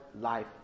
life